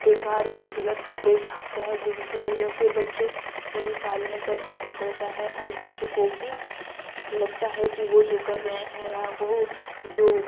بےکار کی غلط خبریں چھاپتے ہیں جن کی وجہ سے بچّوں کی بھی تعلیم پر اثر پڑتا ہے اور بچّوں کو بھی لگتا ہے کہ وہ جو کر رہے ہیں یا وہ جو